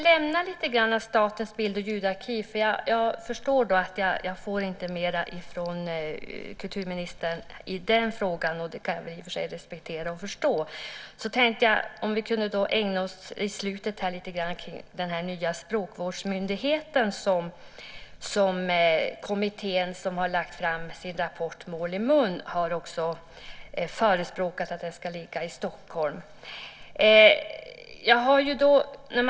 Om vi lämnar Statens ljud och bildarkiv - jag förstår att jag inte får mer från kulturministern i den frågan, vilket jag i och för sig kan respektera och förstå - kunde vi kanske så här i slutet av debatten ägna oss åt den nya språkvårdsmyndighet som den kommitté som lagt fram rapporten Mål i mun förespråkat ska ligga i Stockholm.